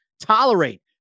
tolerate